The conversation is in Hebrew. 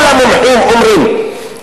כל המומחים אומרים,